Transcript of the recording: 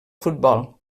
futbol